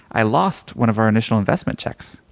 i lost one of our initial investment checks.